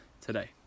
today